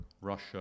Russia